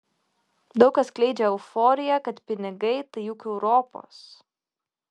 daug kas skleidžia euforiją kad pinigai tai juk europos